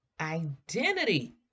identity